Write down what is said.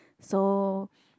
so